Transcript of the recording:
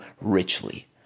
richly